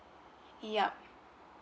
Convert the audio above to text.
yup